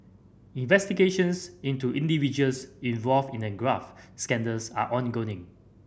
investigations into individuals involved in the graft scandals are